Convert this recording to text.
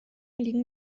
liegen